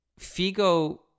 Figo